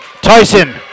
Tyson